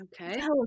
okay